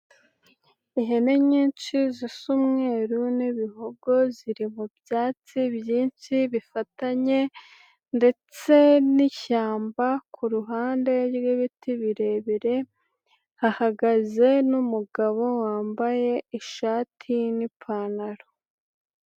Ihene nyinshi zisa umweru n'ibihogo ziri mubyatsi byinshi bifatanye ndetse n'ishyamba ku ruhande rw'ibiti birebire, hahagaze n'umugabo wambaye ishati n'ipantaro.